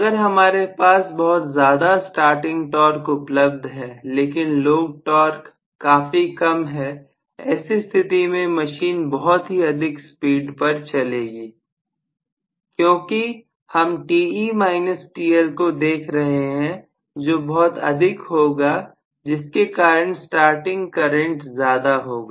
अगर हमारे पास बहुत ज्यादा स्टार्टिंग टॉर्क उपलब्ध है लेकिन लोड टॉर्क काफी कम है ऐसी स्थिति में मशीन बहुत ही अधिक स्पीड पर चलने लगेगी क्योंकि हम Te TL को देख रहे हैं जो बहुत अधिक होगा जिसके कारण स्टार्टिंग करंट ज्यादा होगा